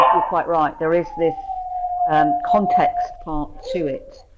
you're quite right. there is this um context part to it